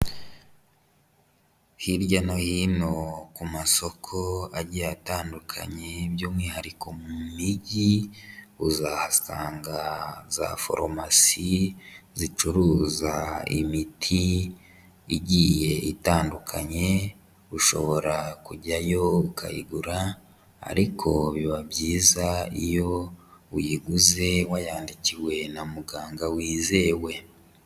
Hirya no hino ku masoko agiye atandukanye by'umwihariko mu mijyi uzahasanga za forumasi zicuruza imiti igiye itandukanye, ushobora kujyayo ukayigura, ariko biba byiza iyo uyiguze wayandikiwe na muganga wizewe.